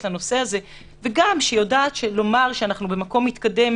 לנושא הזה ויודעת לומר שאנחנו במקום מתקדם